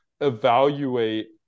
evaluate